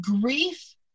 grief